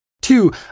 Two